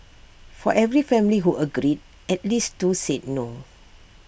for every family who agreed at least two said no